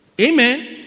Amen